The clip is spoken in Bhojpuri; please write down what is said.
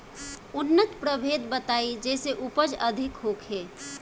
उन्नत प्रभेद बताई जेसे उपज अधिक होखे?